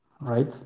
right